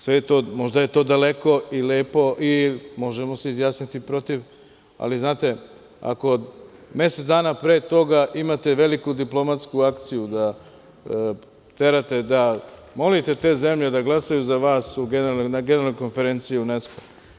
Sve je to, možda je to daleko i lepo i možemo se izjasniti protiv, ali znate, ako mesec dana pre toga imate veliku diplomatsku akciju da terate, da molite te zemlje da glasaju za vas na Generalnoj konferenciji UNSESKO.